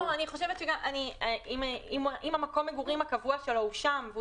אם מקום המגורים הקבוע שלו הוא שם,